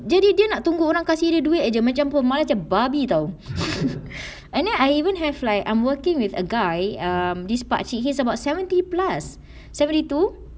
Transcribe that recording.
jadi dia nak tunngu orang kasih dia duit aje macam apa macam babi [tau] and then I even have like I'm working with a guy um this pakcik he's about seventy plus seventy two